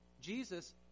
Jesus